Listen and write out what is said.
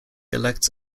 elects